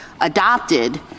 adopted